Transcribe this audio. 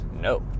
no